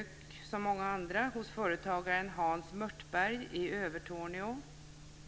- som många andra - har varit på besök hos företagaren Hans Mörtberg i Övertorneå.